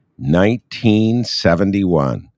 1971